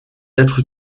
être